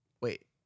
Wait